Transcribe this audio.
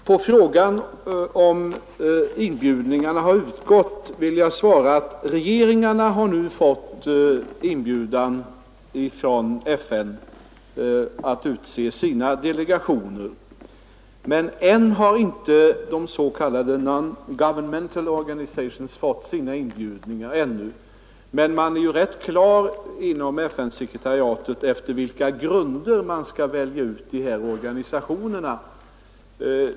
Herr talman! På frågan om inbjudningarna har utgått vill jag svara att regeringarna nu har fått inbjudan från FN att utse sina delegationer. Ännu har inte de s.k. non-governmental organizations fått sina inbjudningar. Men man har inom FN-sekretariatet klart för sig efter vilka grunder man skall välja ut organisationerna.